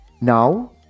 Now